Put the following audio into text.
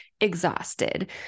exhausted